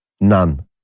none